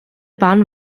band